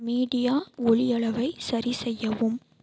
media ஒலியளவை சரி செய்யவும்